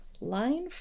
line